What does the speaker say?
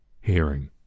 hearing